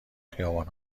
خیابان